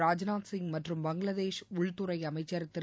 ராஜ்நாத் சிங் மற்றும் பங்களாதேஷ் உள்துறை அமைச்சர் திரு